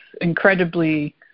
incredibly